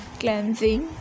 cleansing